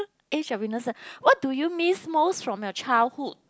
age of innocent what do you miss most from your childhood